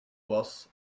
was